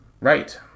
right